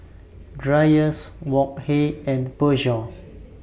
Dreyers Wok Hey and Peugeot